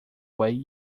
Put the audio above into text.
way